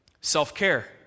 self-care